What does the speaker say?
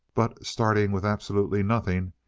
but, starring with absolutely nothing,